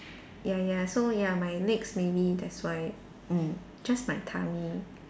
ya ya so ya my legs maybe that's why mm just my tummy